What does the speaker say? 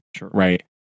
Right